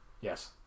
Yes